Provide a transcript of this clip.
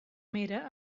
mera